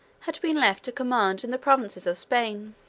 had been left to command in the provinces of spain.